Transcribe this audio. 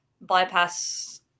bypass